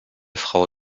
frau